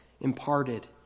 imparted